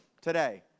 today